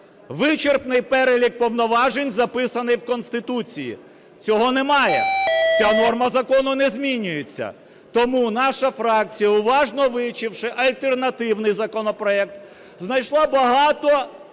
Вичерпний перелік повноважень записаний в Конституції, цього немає, ця норма закону не змінюється. Тому наша фракція, уважно вивчивши альтернативний законопроект, знайшло багато